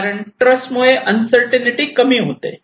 कारण ट्रस्ट मुळे अनसर्टिनटी कमी होते